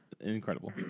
incredible